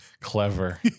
Clever